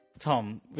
Tom